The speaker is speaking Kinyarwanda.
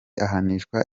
ahanishwa